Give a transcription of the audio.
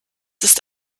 ist